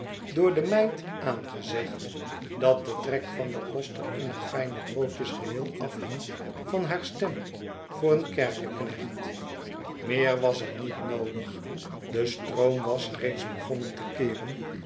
door de meid aangezegd dat de trek van den koster in haar fijne broodjes geheel afhing van haar stem voor een kerkeknecht meer was er niet noodig de stroom was reeds begonnen te keeren